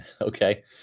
okay